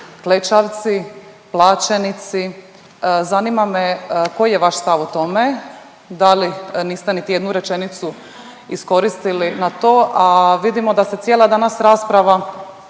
klečavci, plaćenici, zanima me koji je vaš stav o tome, da li, niste niti jednu rečenicu iskoristili na to, a vidimo da se cijela danas rasprava